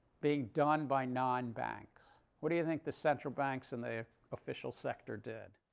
being done by non-banks. what do you think the central banks in the official sector did?